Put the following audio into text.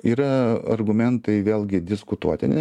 yra argumentai vėlgi diskutuotini